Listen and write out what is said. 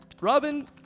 Robin